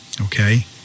okay